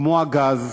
כמו הגז,